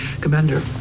Commander